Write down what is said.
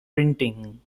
printing